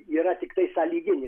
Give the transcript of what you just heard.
yra tiktais sąlyginis